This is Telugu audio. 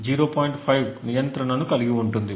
5 నియంత్రణను కలిగి ఉంటుంది